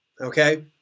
okay